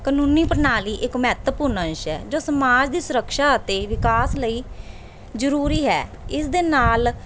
ਕਾਨੂੰਨੀ ਪ੍ਰਣਾਲੀ ਇੱਕ ਮਹੱਤਵਪੂਰਨ ਸ਼ੈ ਜੋ ਸਮਾਜ ਦੀ ਸੁਰਕਸ਼ਾ ਅਤੇ ਵਿਕਾਸ ਲਈ ਜ਼ਰੂਰੀ ਹੈ ਇਸ ਦੇ ਨਾਲ